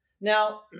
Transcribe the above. Now